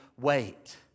wait